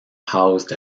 housed